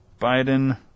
Biden